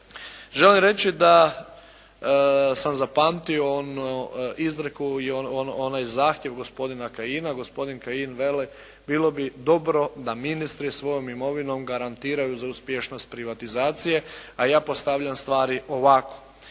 Želim reći da sam zapamtio onu izreku i onaj zahtjev gospodina Kajina, gospodin Kajin veli bilo bi dobro da ministri svojom imovinom garantiraju za uspješnost privatizacije a ja postavljam stvari ovako.